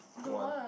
one